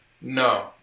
No